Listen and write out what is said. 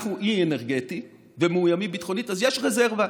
אנחנו אי אנרגטי ומאוימים ביטחונית, אז יש רזרבה.